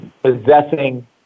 possessing